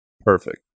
perfect